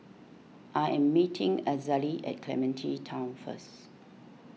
I am meeting Azalee at Clementi Town first